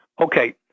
Okay